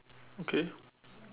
okay